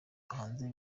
hanze